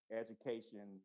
education